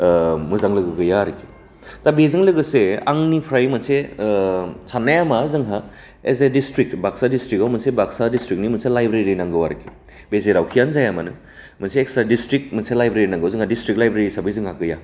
ओ मोजां लोगो गैया आरखि दा बेजों लोगोसे आंनिफ्राय मोनसे ओ साननाया मा जोंहा एस ए डिसट्रिक बाक्सा डिसट्रिकआव जोंहा बाक्सा डिसट्रिकनि मोनसे लाइब्रेरि नांगौ आरखि बे जेरावखियानो जाया मानो मोनसे एक्स्ट्रा डिसट्रिक मोनसे लाइब्रेरि नांगौ डिसट्रिक लाइब्रेरि हिसाबै जोंहा गैया